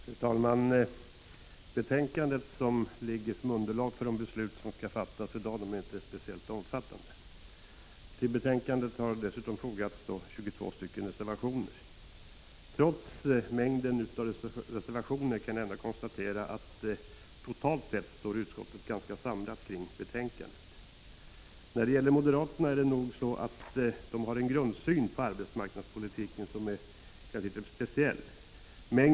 Fru talman! Betänkandet som utgör underlag för de beslut som skall fattas är inte speciellt omfattande. Till betänkandet har dock fogats 22 reservationer. Trots mängden av reservationer kan jag konstatera att utskottet totalt sett står ganska samlat kring betänkandet. Det är nog så att moderaterna har en grundsyn på arbetsmarknadspolitiken som är speciell.